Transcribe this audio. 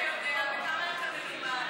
תראה כמה אתה יודע וכמה אתה מלומד.